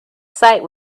site